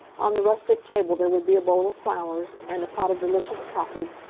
on the rustic table there would be a bowl of flowers, and a pot of delicious kaffee,